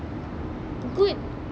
good